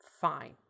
Fine